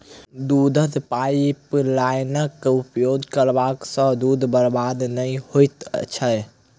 दूधक पाइपलाइनक उपयोग करला सॅ दूधक बर्बादी नै होइत छै